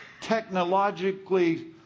technologically